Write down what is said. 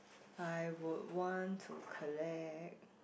I would want to collect